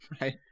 right